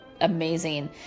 amazing